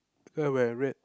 when I read